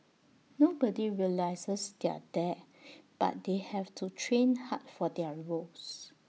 nobody realises they're there but they have to train hard for their roles